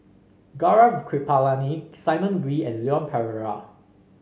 Gaurav Kripalani Simon Wee and Leon Perera